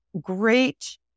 great